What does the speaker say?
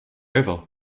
over